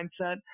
mindset –